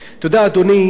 אתה יודע, אדוני,